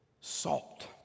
Salt